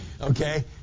okay